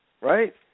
right